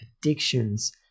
addictions